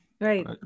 Right